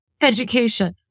education